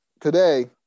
today